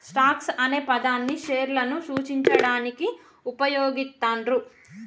stocks అనే పదాన్ని షేర్లను సూచించడానికి వుపయోగిత్తండ్రు